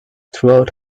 throughout